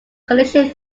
collision